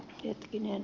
vanhoja